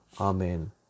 Amen